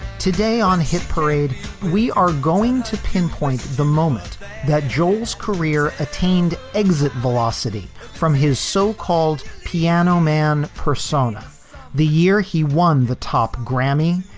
today on hit parade, we are going to pinpoint the moment that joel's career attained exit velocity from his so-called piano man persona the year he won the top grammy,